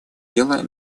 делу